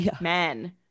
men